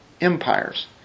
empires